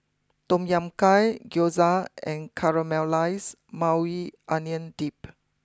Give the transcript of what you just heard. Tom Kha Gai Gyoza and Caramelized Maui Onion Dip